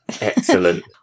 Excellent